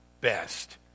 best